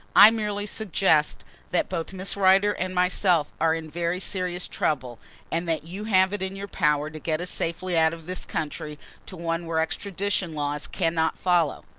i merely suggest that both miss rider and myself are in very serious trouble and that you have it in your power to get us safely out of this country to one where extradition laws cannot follow.